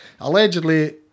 allegedly